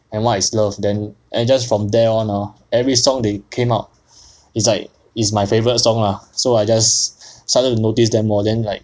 and what is love then just from then on lor every song they came out it's like is my favourite song lah so I just started to notice them lor then like